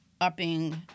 upping